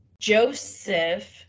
Joseph